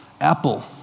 Apple